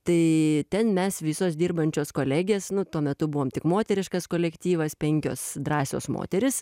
tai ten mes visos dirbančios kolegės nu tuo metu buvom tik moteriškas kolektyvas penkios drąsios moterys